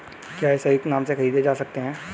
क्या ये संयुक्त नाम से खरीदे जा सकते हैं?